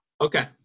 Okay